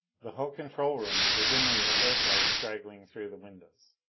the hull control rooms were dimly with earthlight straggling through the windows.